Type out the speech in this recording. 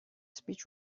speech